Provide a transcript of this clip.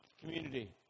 community